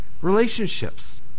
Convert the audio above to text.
relationships